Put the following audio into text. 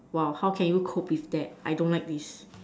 !wow! how can you cope with that I don't like this